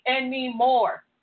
anymore